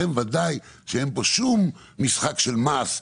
אין פה שום משחק של מס,